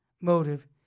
motive